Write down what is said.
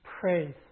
praise